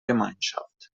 gemeinschaft